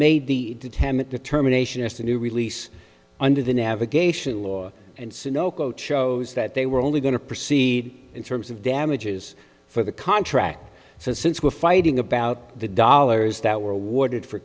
made the tammet determination as to new release under the navigation law and sunoco chose that they were only going to proceed in terms of damages for the contract so since we're fighting about the dollars that were awarded for